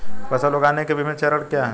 फसल उगाने के विभिन्न चरण क्या हैं?